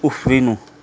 उफ्रिनु